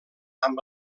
amb